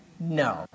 No